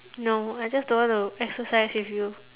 no I just don't want to exercise with you